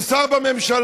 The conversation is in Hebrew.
הוא שר בממשלה,